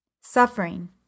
Suffering